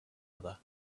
other